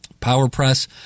PowerPress